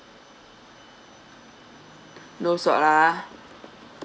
no salt ha